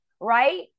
Right